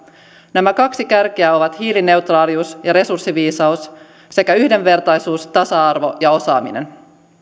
nämä kaksi kärkeä ovat hiilineutraalius ja resurssiviisaus sekä yhdenvertaisuus tasa arvo ja osaaminen